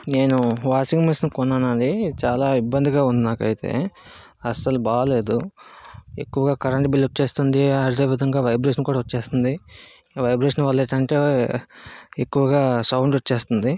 నేను washing machine కొన్నాను అండి చాలా ఇబ్బందిగా ఉంది నాకైతే అసలు బాలేదు ఎక్కువగా కరెంటు బిల్ వచ్చేస్తుంది అదే విధంగా వైబ్రేషన్ కూడా వచ్చేస్తుంది వైబ్రేషన్ వల్ల ఏంటి అంటే ఎక్కువగా సౌండ్ వచ్చేస్తుంది